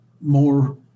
more